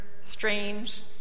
strange